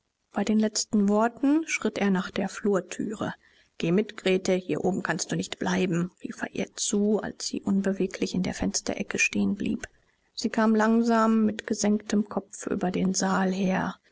bei den letzten worten schritt er nach der flurthüre geh mit grete hier oben kannst du nicht bleiben rief er ihr zu als sie unbeweglich in der fensterecke stehen blieb sie kam langsam mit gesenktem kopf über den saal her